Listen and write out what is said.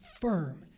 firm